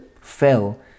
fell